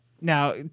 Now